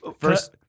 First